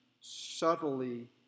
subtly